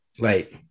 Right